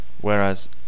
Whereas